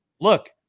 Look